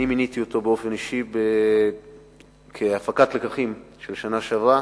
ואני מיניתי אותו באופן אישי כהפקת לקחים של השנה שעברה.